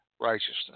righteousness